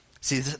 See